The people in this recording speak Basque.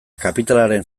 kapitalaren